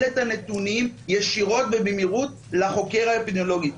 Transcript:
את הנתונים ישירות ובמהירות לחוק האפידמיולוגי.